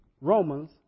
Romans